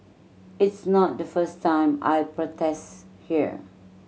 it's not the first time I protest here